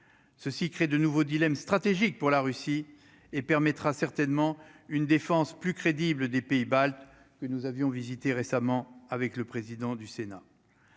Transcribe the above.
ceci crée de nouveaux dilemme stratégique pour la Russie et permettra certainement une défense plus crédible des Pays Baltes, que nous avions visité récemment avec le président du Sénat,